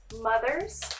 Mother's